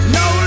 no